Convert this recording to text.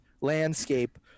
landscape